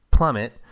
Plummet